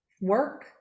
work